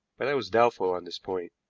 but i was doubtful on this point.